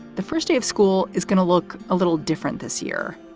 the first day of school is going to look a little different this year.